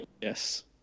yes